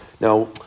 Now